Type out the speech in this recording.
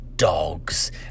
dogs